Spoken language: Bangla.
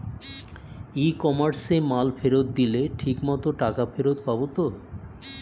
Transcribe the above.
ই কমার্সে মাল ফেরত দিলে ঠিক মতো টাকা ফেরত পাব তো?